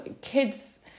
kids